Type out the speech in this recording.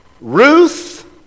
Ruth